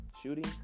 shooting